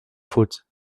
faute